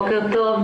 בוקר טוב.